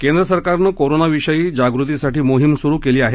केंद्र सरकारनं कोरोनाविषयी जागृतीसाठी मोहीम सुरु केली आहे